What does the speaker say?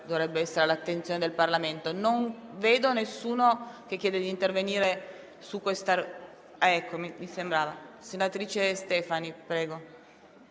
dovrebbe essere all'attenzione del Parlamento.